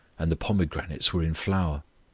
and the pomegranates were in flower.